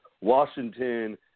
Washington